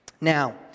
Now